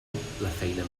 feina